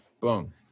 Boom